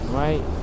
right